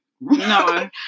no